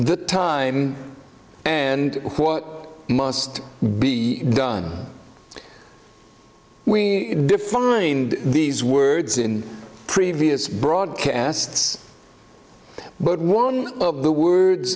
the time and what must be done we defined these words in previous broadcasts but one of the words